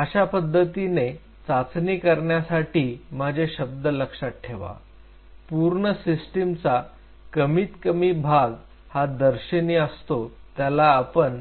अशा पद्धतीने चाचणी करण्यासाठी माझे शब्द लक्षात ठेवा पूर्ण सिस्टीमचा कमीत कमी भाग हा दर्शनी असतो ज्याला आपण